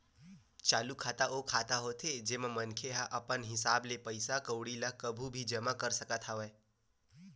चालू खाता ओ खाता होथे जेमा मनखे मन ह अपन हिसाब ले पइसा कउड़ी ल कभू भी जमा कर सकत हवय